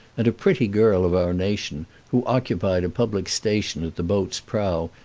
and a pretty girl of our nation, who occupied a public station at the boat's prow,